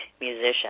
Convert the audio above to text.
musician